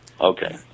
Okay